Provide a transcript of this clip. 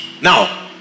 Now